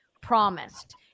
promised